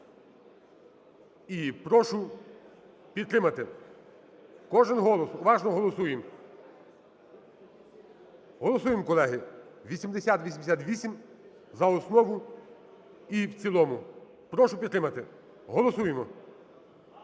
і прошу підтримати. Кожен голос. Уважно голосуємо. Голосуємо, колеги, 8088 за основу і в цілому. Прошу підтримати. Голосуємо.